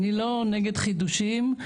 אני לא נגד חידושים.